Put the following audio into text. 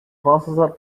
processor